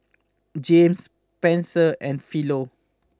Jamel Spenser and Philo